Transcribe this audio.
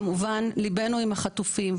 כמובן ליבנו עם החטופים,